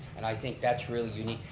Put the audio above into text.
and i think that's really unique.